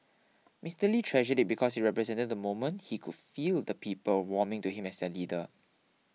Mister Lee treasured it because it represented the moment he could feel the people warming to him as their leader